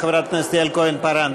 חברת הכנסת יעל כהן-פארן.